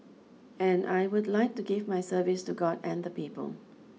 and I would like to give my service to God and people